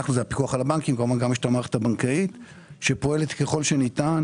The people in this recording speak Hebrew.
הפיקוח על הבנקים והמערכת הבנקאית שפועלת ככל שניתן